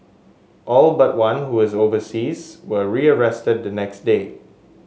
all but one who was overseas were rearrested the next day